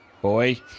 Boy